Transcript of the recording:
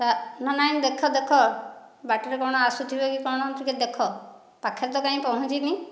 ନା ନାହିଁ ଦେଖ ଦେଖ ବାଟରେ କ'ଣ ଆସୁଥିବେ କି କ'ଣ ଟିକେ ଦେଖ ପାଖରେ ତ କାହିଁ ପହଞ୍ଚିନି